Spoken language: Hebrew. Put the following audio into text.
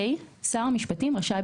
(ה)שר המשפטים רשאי,